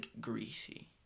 greasy